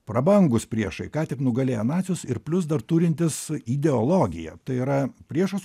prabangūs priešai ką tik nugalėję nacius ir plius dar turintys ideologiją tai yra priešus